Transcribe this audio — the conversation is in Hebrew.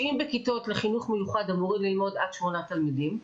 שאם בכיתות לחינוך מיוחד אמורים ללמוד עד שמונה תלמידים,